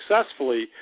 successfully